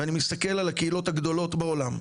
ואני מסתכל על הקהילות הגדולות בעולם,